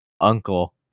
Uncle